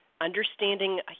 understanding